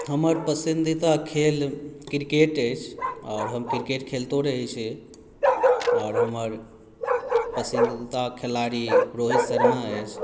हमर पसन्दीदा खेल क्रिकेट अछि आओर हम क्रिकेट खेलतो रहैत छी आओर हमर पसन्दीदा खेलाड़ी रोहित शर्मा अछि